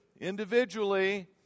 individually